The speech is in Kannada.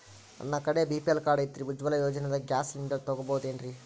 ನನ್ನ ಕಡೆ ಬಿ.ಪಿ.ಎಲ್ ಕಾರ್ಡ್ ಐತ್ರಿ, ಉಜ್ವಲಾ ಯೋಜನೆದಾಗ ಗ್ಯಾಸ್ ಸಿಲಿಂಡರ್ ತೊಗೋಬಹುದೇನ್ರಿ?